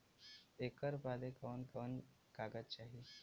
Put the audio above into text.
ऐकर बदे कवन कवन कागज चाही?